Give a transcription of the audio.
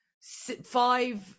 five